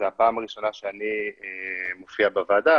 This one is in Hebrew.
זו הפעם הראשונה שאני מופיע בוועדה,